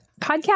Podcast